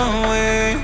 away